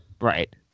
Right